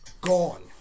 Gone